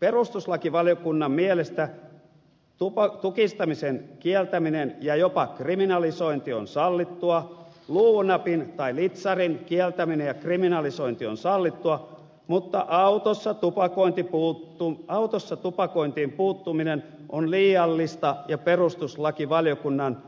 perustuslakivaliokunnan mielestä tukistamisen kieltäminen ja jopa kriminalisointi on sallittua luunapin tai litsarin kieltäminen ja kriminalisointi on sallittua mutta autossa tupakointiin puuttuminen on liiallista ja perustuslakivaliokunnan